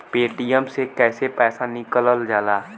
Paytm से कैसे पैसा निकलल जाला?